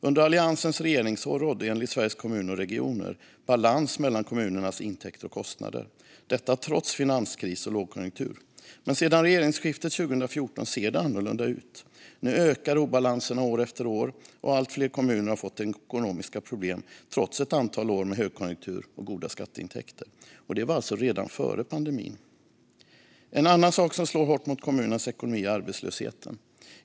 Under Alliansens regeringsår rådde enligt Sveriges Kommuner och Regioner balans mellan kommunernas intäkter och kostnader, detta trots finanskris och lågkonjunktur. Men sedan regeringsskiftet 2014 ser det annorlunda ut. Nu ökar obalanserna år efter år, och allt fler kommuner har fått ekonomiska problem trots ett antal år med högkonjunktur och goda skatteintäkter. Och det var alltså redan före pandemin. En annan sak som slår hårt mot kommunernas ekonomi är arbetslösheten.